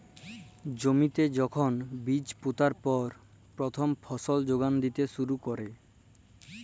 জমিল্লে যখল বীজ পুঁতার পর পথ্থম ফসল যোগাল দ্যিতে শুরু ক্যরে